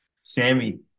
Sammy